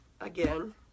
again